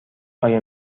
آیا